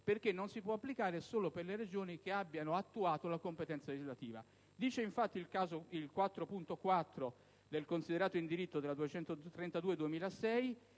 perché non si può applicare solo per le Regioni che abbiamo attuato la competenza legislativa. Infatti, il punto 4.4 dei *considerata* in diritto della sentenza